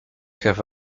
have